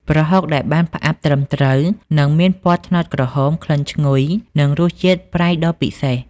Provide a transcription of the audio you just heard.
ប្រហុកដែលបានផ្អាប់ត្រឹមត្រូវនឹងមានពណ៌ត្នោតក្រហម ក្លិនឈ្ងុយ និងរសជាតិប្រៃដ៏ពិសេស។